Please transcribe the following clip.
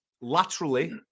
laterally